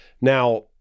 Now